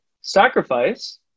Sacrifice